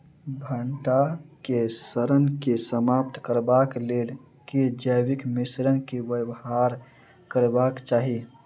भंटा केँ सड़न केँ समाप्त करबाक लेल केँ जैविक मिश्रण केँ व्यवहार करबाक चाहि?